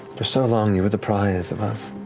for so long, you were the prize of us.